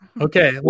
Okay